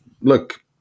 look